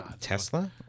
Tesla